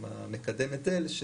עם המקדם היטל.